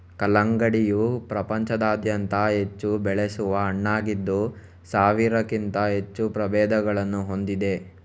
ಕಲ್ಲಂಗಡಿಯು ಪ್ರಪಂಚಾದ್ಯಂತ ಹೆಚ್ಚು ಬೆಳೆಸುವ ಹಣ್ಣಾಗಿದ್ದು ಸಾವಿರಕ್ಕಿಂತ ಹೆಚ್ಚು ಪ್ರಭೇದಗಳನ್ನು ಹೊಂದಿದೆ